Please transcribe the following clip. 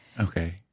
Okay